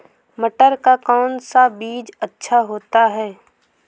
मटर का कौन सा बीज अच्छा होता हैं?